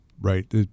Right